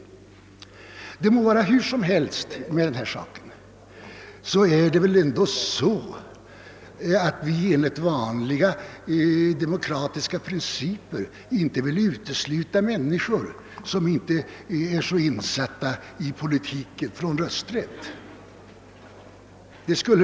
Det må vara hur som helst därmed; enligt vanliga demokratiska principer vill vi inte frånta människor som inte är så insatta i politiken deras rösträtt.